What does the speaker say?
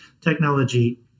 Technology